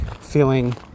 feeling